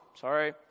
Sorry